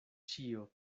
ĉio